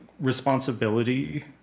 responsibility